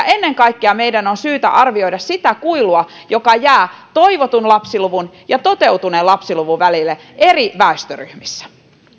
ennen kaikkea meidän on syytä arvioida sitä kuilua joka jää toivotun lapsiluvun ja toteutuneen lapsiluvun välille eri väestöryhmissä